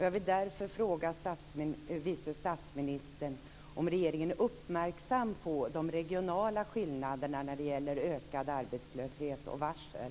Jag vill därför fråga vice statsministern om regeringen är uppmärksam på de regionala skillnaderna när det gäller ökad arbetslöshet och fler varsel.